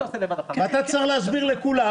אתה תצטרך להסביר לכולם.